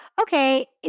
okay